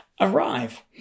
arrive